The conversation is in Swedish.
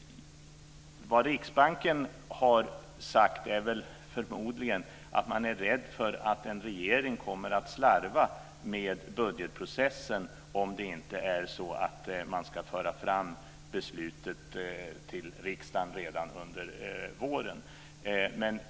Vad Riksbanken har sagt är förmodligen att man är rädd för att en regering kommer att slarva med budgetprocessen om det inte är så att den ska föra fram beslutet till riksdagen redan under våren.